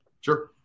Sure